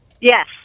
Yes